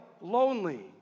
lonely